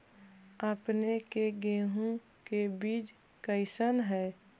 अपने के गेहूं के बीज कैसन है?